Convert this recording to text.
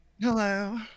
Hello